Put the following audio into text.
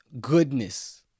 goodness